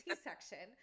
C-section